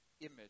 image